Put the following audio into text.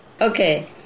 Okay